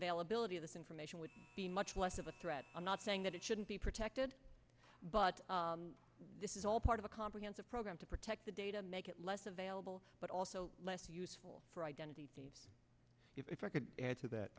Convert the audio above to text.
availability of this information would be much less of a threat i'm not saying that it shouldn't be protected but this is all part of a comprehensive program to protect the data make it less available but also less useful for identity thieves if i could add to that